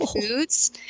foods